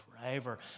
forever